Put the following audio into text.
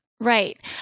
Right